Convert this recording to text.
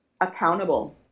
accountable